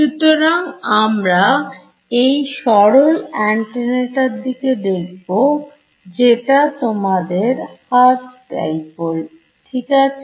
সুতরাং আমরা এই সরল অ্যান্টেনা টার দিকে দেখব যেটা তোমাদেরHertz Dipole ঠিক আছে